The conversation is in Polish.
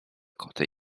koty